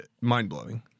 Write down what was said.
mind-blowing